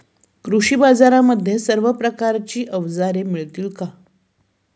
कृषी बाजारांमध्ये सर्व प्रकारची अवजारे मिळतील का?